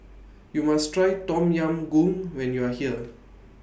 YOU must Try Tom Yam Goong when YOU Are here